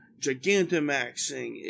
Gigantamaxing